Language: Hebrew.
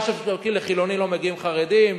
לְמה שמשווקים לחילונים לא מגיעים חרדים,